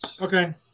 Okay